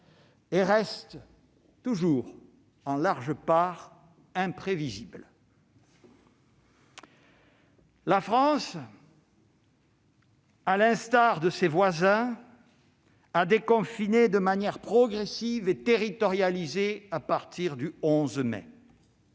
et reste toujours, en large part, imprévisible. La France, à l'instar de ses voisins, a déconfiné de manière progressive et territorialisée à partir du 11 mai.